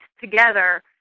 together